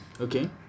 Okay